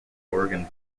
oregon